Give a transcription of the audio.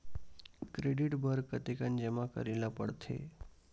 Credit बर कतेकन जमा करे ल पड़थे?